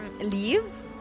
leaves